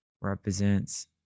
represents